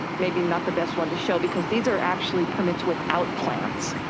maybe not the best one to show because these are actually permits without plants.